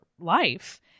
life